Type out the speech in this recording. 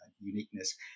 uniqueness